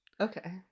Okay